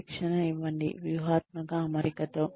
శిక్షణ ఇవ్వండి వ్యూహాత్మక అమరిక తో